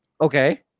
Okay